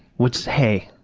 which, hey,